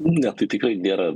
ne tai tikrai nėra